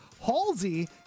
Halsey